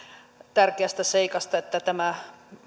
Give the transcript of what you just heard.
tärkeästä seikasta että tämä